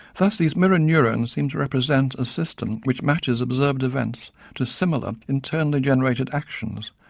thus these mirror neurons seemed to represent a system which matches observed events to similar internally generated actions,